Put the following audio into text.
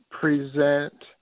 present